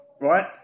right